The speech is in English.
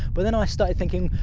but then i started thinking,